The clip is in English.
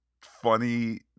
funny